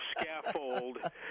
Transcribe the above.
scaffold